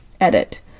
Edit